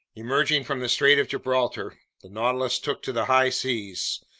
emerging from the strait of gibraltar, the nautilus took to the high seas.